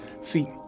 see